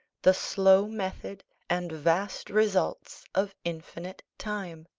the slow method and vast results of infinite time.